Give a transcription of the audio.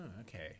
okay